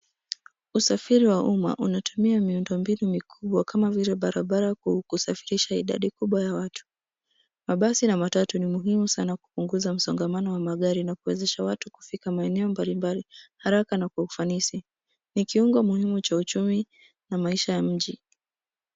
Usafiri wa umma unatumia miundo mbili mikubwa kama vile barabara kwa kusafirisha idadi kubwa ya watu. Mabasi na matatu ni muhimu sana kupunguza msongamano wa magari na kuwezesha watu kufika maeneo mbalimbali haraka na kwa ufanisi. Ni kiungo muhimu cha uchumi na maisha ya mji.